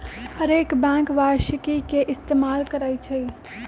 हरेक बैंक वारषिकी के इस्तेमाल करई छई